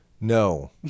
No